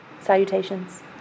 Salutations